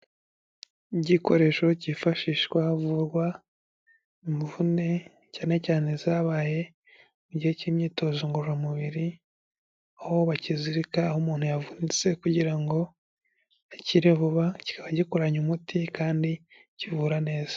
Igikoresho cyifashishwa havurwa imvune cyane cyane zabaye mu gihe cy'imyitozo ngororamubiri aho bakizirika aho umuntu yavunitse kugira ngo akire vuba, kikaba gikoranye umuti kandi kivura neza.